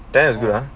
tenent is good ya